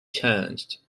changed